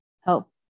help